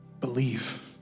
Believe